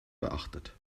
beachtet